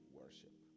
worship